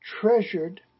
treasured